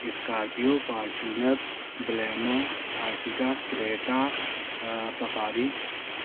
Scorpio Fortuner Baleno Ertiga Creta safari